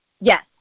Yes